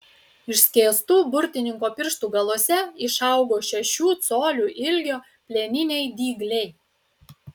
išskėstų burtininko pirštų galuose išaugo šešių colių ilgio plieniniai dygliai